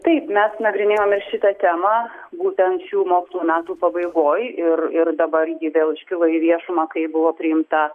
taip mes nagrinėjom ir šitą temą būtent šių mokslo metų pabaigoj ir ir dabar ji vėl iškilo į viešumą kai buvo priimta